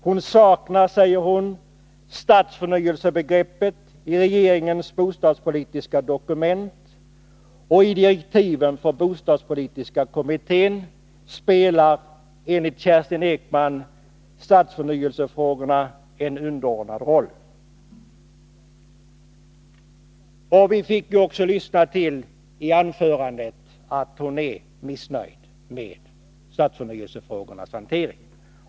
Hon saknar, säger hon, stadsförnyelsebegreppet i regeringens bostadspolitiska dokument, och i direktiven för bostadspolitiska kommittén spelar enligt Kerstin Ekman stadsförnyelsefrågorna en underordnad roll. Av hennes anförande framgick också att hon är missnöjd med stadsförnyelsefrågornas hantering.